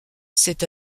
c’est